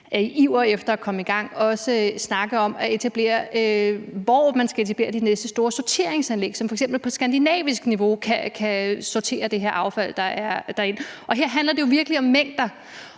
ivrig efter at komme i gang, også snakke om, hvor man skal etablere de næste store sorteringsanlæg, som f.eks. på skandinavisk niveau kan sortere det affald, der er. Her handler det jo virkelig om mængder,